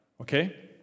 Okay